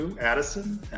Addison